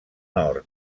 nord